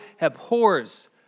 abhors